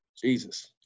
Jesus